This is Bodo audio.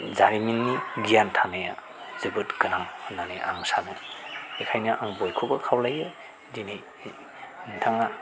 जारिमिननि गियान थानाया जोबोद गोनां होननानै आं सानो बेनिखायनो आं बयखौबो खावलायो दिनै बिथाङा